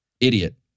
Idiot